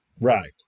Right